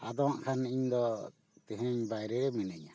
ᱟᱫᱚ ᱦᱟᱜ ᱠᱷᱟᱱ ᱤᱧ ᱫᱚ ᱛᱮᱦᱮᱧ ᱵᱟᱭᱨᱮ ᱨᱮ ᱢᱤᱱᱟᱹᱧᱟ